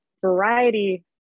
variety